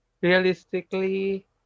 Realistically